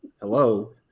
Hello